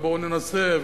ובואו ננסה,